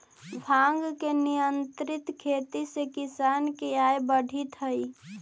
भाँग के नियंत्रित खेती से किसान के आय बढ़ित हइ